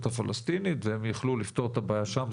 הפלסטינית והם יוכלו לפתור את הבעיה שם,